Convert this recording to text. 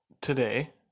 today